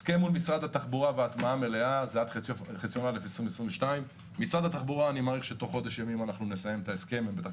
הסכם מול משרד התחבורה והטמעה מלאה זה עד חציון 2022. אני מעריך שעם משרד התחבורה נסיים את ההסכם תוך חודש.